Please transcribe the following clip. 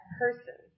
person